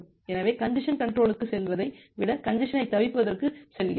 எனவே கஞ்ஜசன் கன்ட்ரோலுக்கு செல்வதை விட கஞ்ஜசனைத் தவிர்ப்பதற்கு செல்கிறோம்